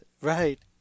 Right